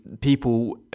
people